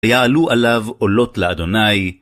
ויעלו עליו עולות לה'